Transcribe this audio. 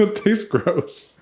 ah tastes gross.